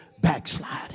backsliding